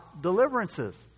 deliverances